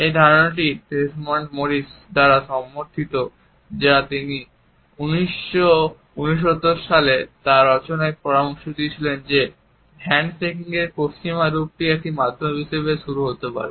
এই ধারণাটি Desmond Morris দ্বারা সমর্থিত যা তিনি 1969 সালে তাঁর রচনায় পরামর্শ দিয়েছিলেন যে হ্যান্ডশেকিংয়ের পশ্চিমা রূপটি একটি মাধ্যম হিসাবে শুরু হতে পারে